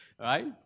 right